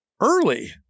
early